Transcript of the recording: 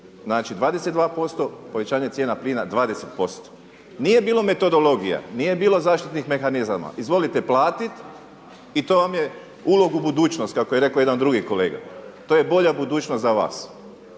znači 22%, povećanje cijene plina 20%. Nije bilo metodologija, nije bilo zaštitnih mehanizama, izvolite platit i to vam je ulog u budućnost kako je rekao jedan drugi kolega, to je bolja budućnost za vas,